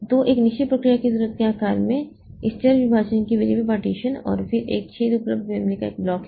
तो एक निश्चित प्रक्रिया की जरूरत के आकार में इस चर विभाजन और फिर एक छेद उपलब्ध मेमोरी का एक ब्लॉक है